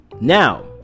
Now